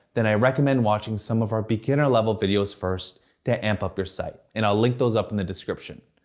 then i recommend watching some of our beginner-level videos first to amp up your site. and i'll link those up in the description.